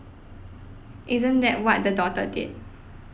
isn't that what the daughter did